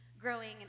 growing